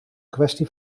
kwestie